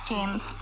James